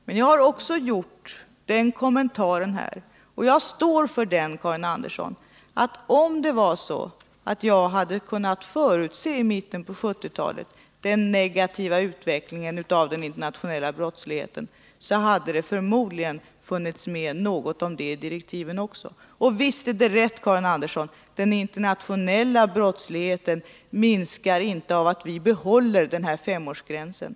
Men jag har också gjort den kommentaren här — och jag står för den Karin Andersson — att om jag i början på 1970-talet hade kunnat förutse den negativa utvecklingen i fråga om den internationella brottsligheten hade det förmodligen också funnits med något om den i direktiven. Och visst är det rätt, Karin Andersson, att den internationella brottsligheten inte minskar av att vi behåller femårsgränsen.